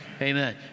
amen